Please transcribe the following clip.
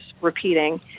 repeating –